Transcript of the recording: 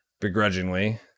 begrudgingly